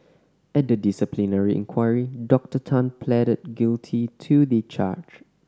at the disciplinary inquiry Doctor Tan pleaded guilty to the charge